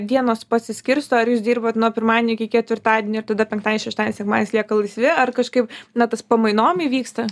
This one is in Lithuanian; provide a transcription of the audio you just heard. dienos pasiskirsto ar jūs dirbat nuo pirmadienio iki ketvirtadienio ir tada penktadienis šeštadienis sekmadienis lieka laisvi ar kažkaip na tas pamainom įvyksta